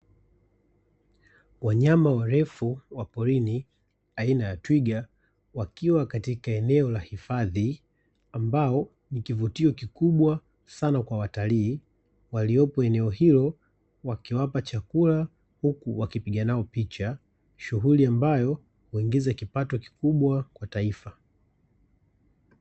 Wanyama warefu wa porini aina ya twiga wakiwa katika eneo la hifadhi, ambao ni kivutio kikubwa sana kwa watalii waliopo eneo hilo wakiwapa chakula huku wakipiga nao picha ,shughuli ambayo huingiza kipato kikubwa kwa Taifa.